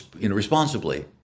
responsibly